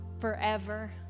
forever